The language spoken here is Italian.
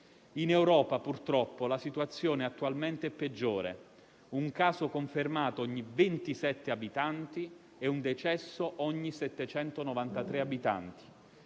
In Europa, purtroppo, attualmente la situazione è peggiore: un caso confermato ogni 27 abitanti e un decesso ogni 793 abitanti.